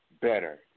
better